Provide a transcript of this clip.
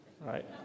right